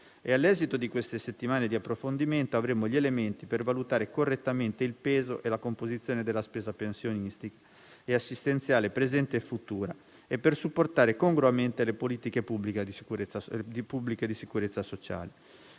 e all'esito di queste settimane di approfondimento avremo gli elementi per valutare correttamente il peso e la composizione della spesa pensionistica e assistenziale presente e futura e per supportare congruamente le politiche pubbliche di sicurezza sociale.